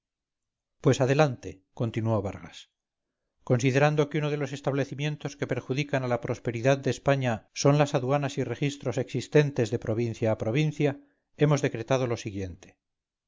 pues adelante continuó vargas considerando que uno de los establecimientos que perjudican a la prosperidad de españa son las aduanas y registros existentes de provincia a provincia hemos decretado lo siguiente